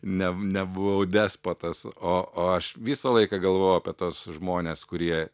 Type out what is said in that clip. ne nebuvau despotas o o aš visą laiką galvojau apie tuos žmones kurie